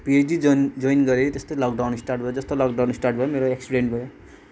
PhD join join गरेँ त्यस्तै lockdown start भयो जस्तो लकडाउन स्टार्ट भयो मेरो एक्सिडेन्ट भयो